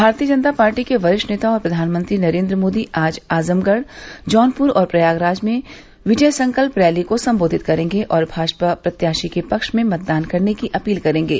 भारतीय जनता पार्टी के वरिष्ठ नेता और प्रधानमंत्री नरेन्द्र मोदी आज आजमगढ़ जौनपुर और प्रयागराज में विजय संकल्प रैली को सम्बोधित करेंगे और भाजपा प्रत्याशी के पक्ष में मतदान करने की अपील करेंगे